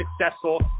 successful